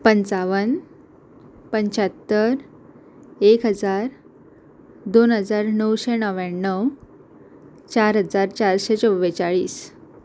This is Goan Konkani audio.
पंचावन पंच्यात्तर एक हजार दोन हजार णवशें णव्याणव चार हजार चारशें चोव्वेचाळीस